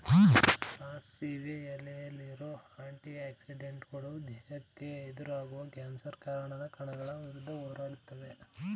ಸಾಸಿವೆ ಎಲೆಲಿರೋ ಆಂಟಿ ಆಕ್ಸಿಡೆಂಟುಗಳು ದೇಹಕ್ಕೆ ಎದುರಾಗುವ ಕ್ಯಾನ್ಸರ್ ಕಾರಕ ಕಣಗಳ ವಿರುದ್ಧ ಹೋರಾಡ್ತದೆ